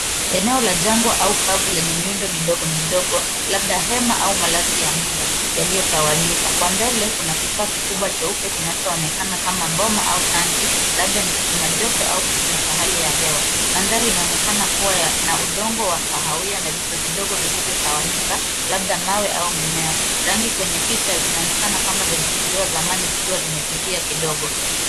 Eneo la jangwa au kavu lenye miundo midogo labda hema au malazi ya muda yaliyotawanyika, kwa mbele kuna kifaa kikubwa cheupe kinaonekana kama bomba au tanki labda ni kipima joto au kipima cha hali ya hewa, mandhari inaonekana kuwa ina udongo wa kahawia na vitu vidogo vilivyotawanyika labda mawe au mimea, rangi kwenye picha zinaonekana kama zilichukuliwa zamani zikiwa zimefifia kidogo.